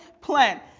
plan